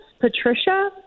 Patricia